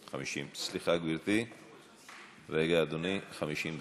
סליחה, גברתי, רגע, אדוני, 50 דקות.